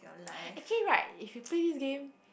actually right if you play this game